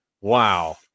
Wow